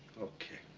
okay.